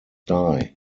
die